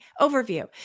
overview